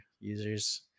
users